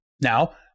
Now